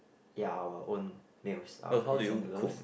ya our own meals our instant noodles